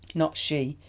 not she.